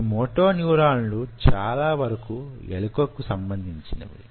ఈ మోటో న్యూరాన్లు చాలా వరకు ఎలుకకు సంబంధించినవి